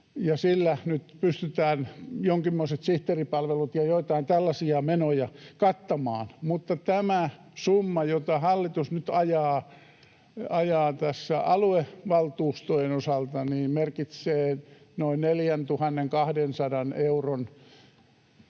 sillä nyt pystytään jonkinmoiset sihteeripalvelut ja joitain tällaisia menoja kattamaan, mutta tämä summa, jota hallitus nyt ajaa tässä aluevaltuustojen osalta, merkitsee noin 4 200 euron